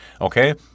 okay